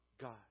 God